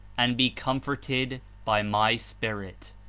and be comforted by my spirit.